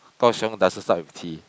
Kaohsiung doesn't start with T